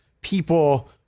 people